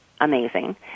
amazing